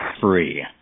free